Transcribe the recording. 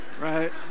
right